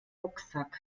rucksack